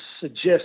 suggest